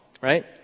right